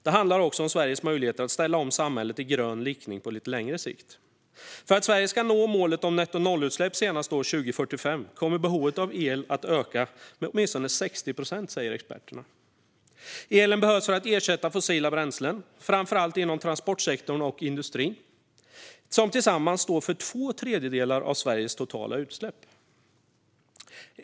Det handlar också om Sveriges möjligheter att ställa om samhället i grön riktning på lite längre sikt. Om Sverige ska nå målet om nettonollutsläpp senast år 2045 kommer behovet av el att öka med åtminstone 60 procent, säger experterna. Elen behövs för att ersätta fossila bränslen, framför allt inom transportsektorn och industrin, som tillsammans står för två tredjedelar av Sveriges totala utsläpp.